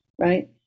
right